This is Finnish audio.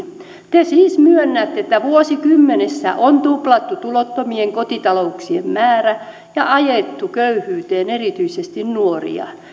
te siis myönnätte että vuosikymmenessä on tuplattu tulottomien kotitalouksien määrä ja ajettu köyhyyteen erityisesti nuoria